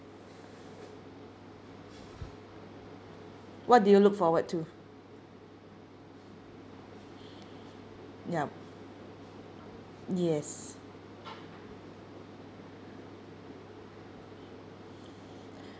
what do you look forward to yup yes